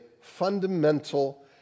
fundamental